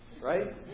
Right